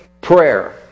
prayer